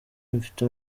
mfite